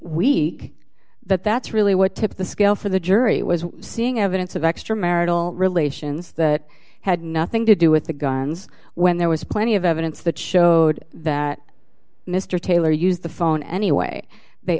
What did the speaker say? weak that that's really what tipped the scale for the jury was seeing evidence of extra marital relations that had nothing to do with the guns when there was plenty of evidence that showed that mr taylor used the phone anyway they